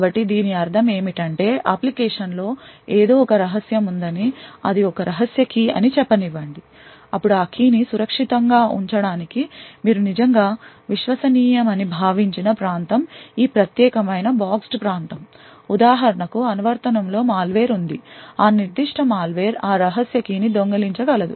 కాబట్టి దీని అర్థం ఏమిటంటే అప్లికేషన్లో ఏదో ఒక రహస్యం ఉందని అది ఒక రహస్య key అని చెప్పనివ్వండి అప్పుడు ఆ key ని సురక్షితం గా ఉంచడానికి మీరు నిజంగా విశ్వసనీయమని భావించిన ప్రాంతం ఈ ప్రత్యేకమైన Boxed ప్రాంతం ఉదాహరణకు అనువర్తనం లో మాల్వేర్ ఉంది ఆ నిర్దిష్ట మాల్వేర్ ఆ రహస్య key ని దొంగిలించ గలదు